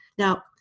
now,